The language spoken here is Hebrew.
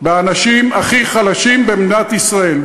באנשים הכי חלשים במדינת ישראל.